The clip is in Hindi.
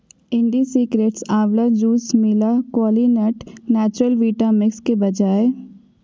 इंडिसीक्रेट्स आंवला जूस मिला क्वालीनट नैचुरल वीटा मिक्स के बजाय